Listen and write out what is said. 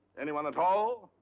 anyone at all?